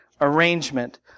arrangement